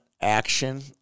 action